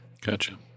Gotcha